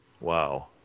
Wow